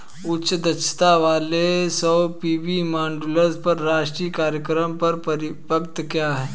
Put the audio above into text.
उच्च दक्षता वाले सौर पी.वी मॉड्यूल पर राष्ट्रीय कार्यक्रम का परिव्यय क्या है?